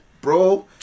bro